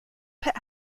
pit